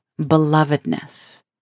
belovedness